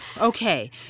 Okay